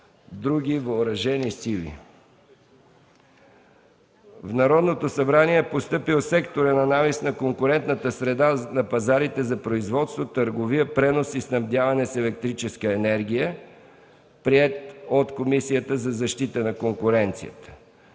други въоръжени сили. В Народното събрание е постъпил секторен анализ на конкурентната среда на пазарите за производство, търговия, пренос и снабдяване с електрическа енергия, приет от Комисията за защита на конкуренцията.